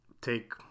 take